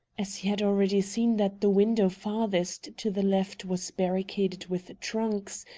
as he had already seen that the window farthest to the left was barricaded with trunks,